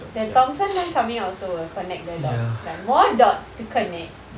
the thomson line coming out also will connect the dots like more dots to connect